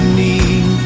need